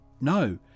no